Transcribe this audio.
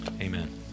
amen